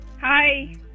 Hi